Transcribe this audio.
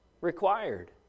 required